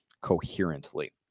coherently